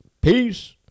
Peace